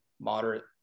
moderate